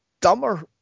dumber